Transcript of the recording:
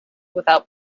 without